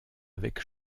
avec